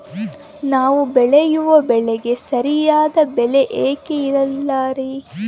ನಾವು ಬೆಳೆಯುವ ಬೆಳೆಗೆ ಸರಿಯಾದ ಬೆಲೆ ಯಾಕೆ ಇರಲ್ಲಾರಿ?